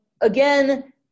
Again